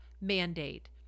mandate